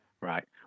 Right